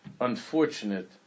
unfortunate